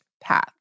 path